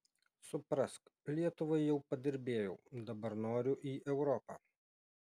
suprask lietuvai jau padirbėjau dabar noriu į europą